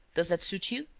does that suit you.